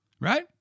right